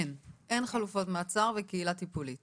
אין חלופות מעצר וקהילה טיפולית